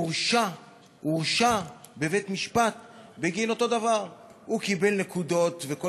הורשע בבית-משפט בגין אותו דבר: הוא קיבל נקודות וכל